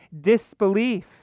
disbelief